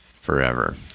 forever